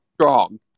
strong